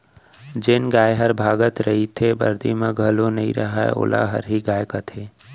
जेन गाय हर भागत रइथे, बरदी म घलौ नइ रहय वोला हरही गाय कथें